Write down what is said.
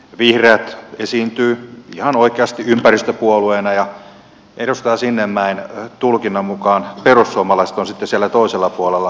vihreät esiintyy ihan oikeasti ympäristöpuolueena ja edustaja sinnemäen tulkinnan mukaan perussuomalaiset ovat sitten siellä toisella puolella me olemme sitten ympäristön vihaajia